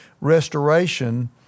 restoration